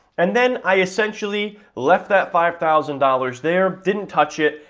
and then i essentially left that five thousand dollars there, didn't touch it,